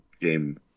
game